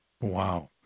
Wow